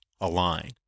align